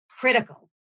critical